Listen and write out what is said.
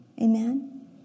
Amen